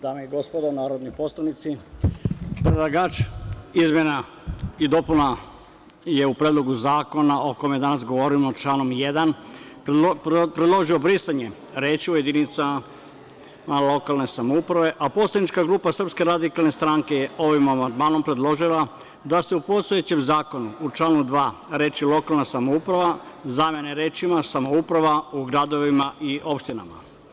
Dame i gospodo narodni poslanici, predlagač izmena i dopuna je u Predlogu zakona o kome danas govorimo o članu 1. predložio brisanje reči: „u jedinicama lokalne samouprave“, a poslanička grupa SRS je ovim amandmanom predložila da se u postojećem zakonu u članu 2. reči: „lokalna samouprava“ zamene rečima: „samouprava u gradovima i opštinama“